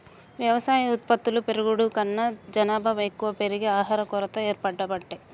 వ్యవసాయ ఉత్పత్తులు పెరుగుడు కన్నా జనాభా ఎక్కువ పెరిగి ఆహారం కొరత ఏర్పడబట్టే